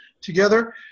together